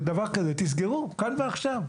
דבר כזה תסגרו כאן ועכשיו.